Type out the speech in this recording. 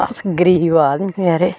अस गरीब आदमी बचैरे